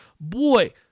Boy